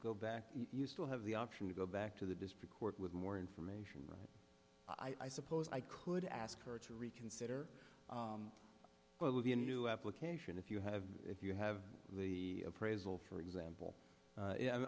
go back you still have the option to go back to the district court with more information or i suppose i could ask her to reconsider what would be a new application if you have if you have the appraisal for example